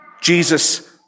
Jesus